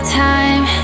time